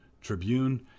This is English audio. Tribune